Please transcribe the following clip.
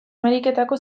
ameriketako